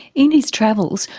in his travels,